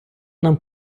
нам